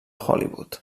hollywood